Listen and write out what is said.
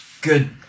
good